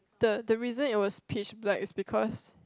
the the reason it was splish black is because